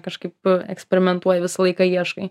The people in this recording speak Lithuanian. kažkaip eksperimentuoji visą laiką ieškai